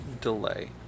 delay